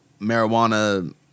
marijuana